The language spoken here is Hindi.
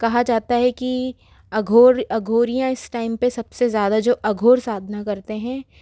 कहा जाता है कि अघोर अघोरियाँ इस टाइम पे सबसे ज़्यादा जो अघोर साधना करते हैं